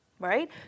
right